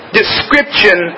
description